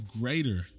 greater